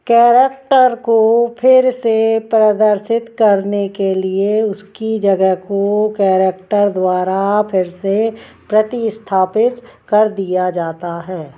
character को फिर से प्रदर्शित करने के लिए उसकी जगह को कैरेक्टर द्वारा फिर से प्रतिस्थापित कर दिया जाता है